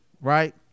right